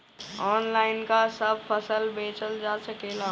Online का सब फसल बेचल जा सकेला?